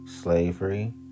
slavery